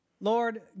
Lord